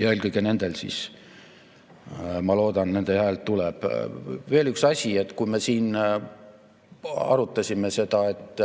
Ja eelkõige nendelt siis, ma loodan, hääl tuleb. Veel üks asi. Me siin arutasime seda, et